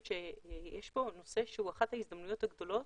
שיש פה נושא שהוא אחת ההזדמנויות הגדולות.